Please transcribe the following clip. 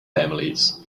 families